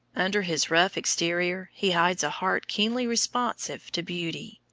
under his rough exterior he hides a heart keenly responsive to beauty.